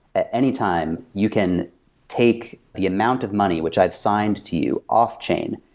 at any time, you can take the amount of money which i've signed to you off-chain,